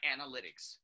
Analytics